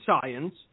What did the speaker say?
science